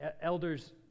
Elders